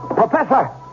Professor